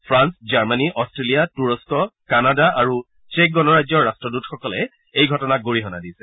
France Germany Australia তুৰস্ক Canada আৰু চেক্ গণৰাজ্যৰ ৰাট্টদুতসকলে এই ঘটনাক গৰিহণা দিছে